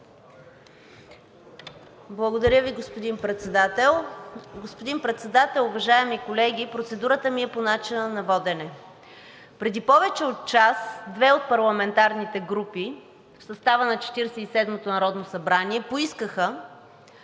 Благодаря Ви, господин Председател. Господин Председател, уважаеми колеги, процедурата ми е по начина на водене. Преди повече от час две от парламентарните групи в състава на Четиридесет и седмото народно събрание поискаха,